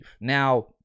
Now